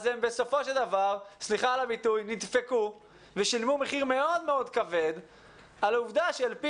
אז בסופו של דבר הם "נדפקו" ושילמו מחיר מאוד כבד על העובדה שעל פי